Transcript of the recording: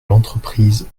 l’entreprise